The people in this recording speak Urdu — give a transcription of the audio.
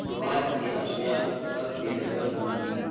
کی اشیاء کب ڈیلیور ہوں گی